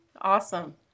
Awesome